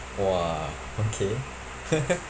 !wah! okay